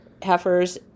heifers